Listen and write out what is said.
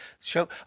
show –